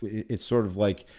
it's sort of like,